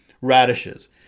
Radishes